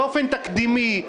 באופן תקדימי,